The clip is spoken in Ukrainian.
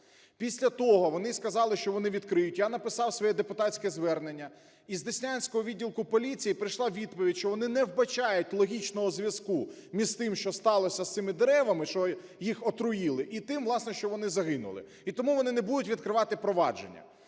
Після того вони сказали, що вони відкриють. Я написав своє депутатське звернення. Із Деснянського відділку поліції прийшла відповідь, що вони не вбачають логічного зв'язку між тим, що сталося з цими деревами, що їх отруїли, і тим, власне, що вони загинули, і тому вони не будуть відкривати провадження.